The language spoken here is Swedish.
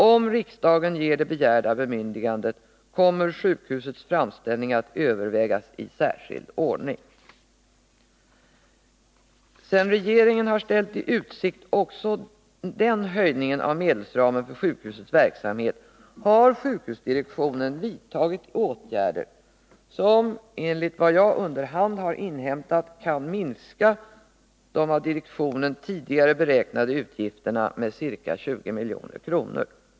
Om riksdagen ger det begärda bemyndigandet kommer sjukhusets framställning att övervägas i särskild ordning. Sedan regeringen har ställt i utsikt också den höjningen av medelsramen för sjukhusets verksamhet har sjukhusdirektionen vidtagit åtgärder som enligt vad jag under hand har inhämtat kan minska de av direktionen tidigare beräknade utgifterna med ca 20 milj.kr.